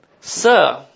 Sir